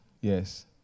yes